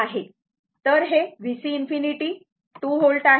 तर हे VC∞ 2 volt आहे